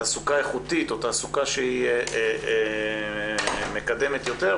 תעסוקה איכותית או תעסוקה שמקדמת יותר,